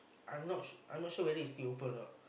I'm not I'm not sure whether is still open a not